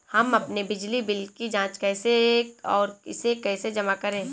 हम अपने बिजली बिल की जाँच कैसे और इसे कैसे जमा करें?